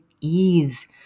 ease